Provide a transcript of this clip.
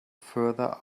further